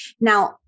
Now